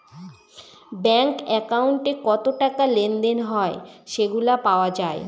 bank একাউন্টে কত টাকা লেনদেন হয় সেগুলা পাওয়া যায়